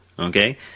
Okay